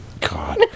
God